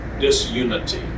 disunity